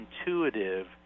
intuitive